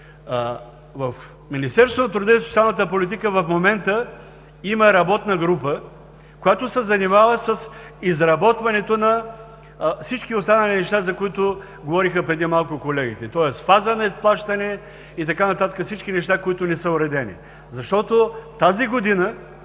В Министерството на труда и социалната политика в момента има работна група, която се занимава с изработването на всички останали неща, за които преди малко говориха колегите – фаза на изплащане, и така нататък, които не са уредени, защото тази година